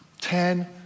ten